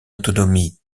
autonomie